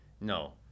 no